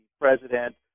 president